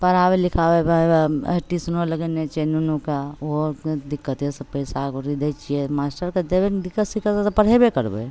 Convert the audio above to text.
पढ़ाबै लिखाबैके वएह ट्यूशनो लगेने छिए नुन्नूके ओहो कनि दिक्कतेसे पइसा कौड़ी दै छिए मास्टरके देबै नहि दिक्कत सिक्कतसे पढ़ेबे करबै